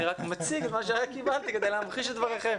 אני מציג את מה שקיבלתי כדי להמחיש את דבריכם.